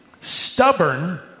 stubborn